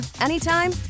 anytime